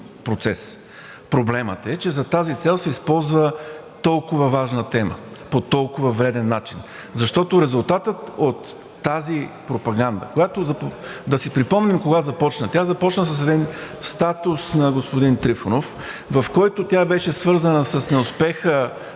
Проблемът е, че за тази цел се използва толкова важна тема, по толкова вреден начин, защото резултатът от тази пропаганда, която – да си припомним кога започна, тя започна с един статус на господин Трифонов, в който тя беше свързана с неуспеха